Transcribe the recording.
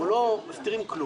אנחנו לא מסתירים כלום.